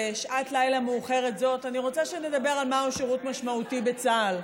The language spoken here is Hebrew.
בשעת לילה מאוחרת זו אני רוצה שנדבר על מהו שירות משמעותי בצה"ל.